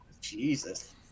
Jesus